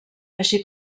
així